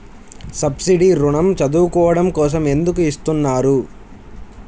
Subsidy ఋణం చదువుకోవడం కోసం ఎందుకు ఇస్తున్నారు?